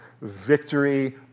victory